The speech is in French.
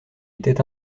était